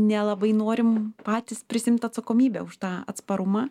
nelabai norim patys prisiimt atsakomybę už tą atsparumą